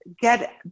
get